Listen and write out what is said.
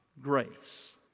grace